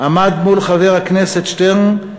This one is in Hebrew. עמד מול חבר הכנסת שטרן,